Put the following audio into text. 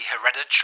hereditary